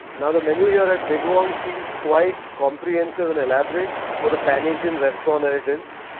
now the menu here at big wong seems quite comprehensive and elaborate. for the pan asian restaurant that it is.